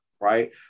right